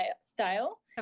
style